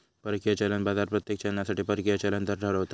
परकीय चलन बाजार प्रत्येक चलनासाठी परकीय चलन दर ठरवता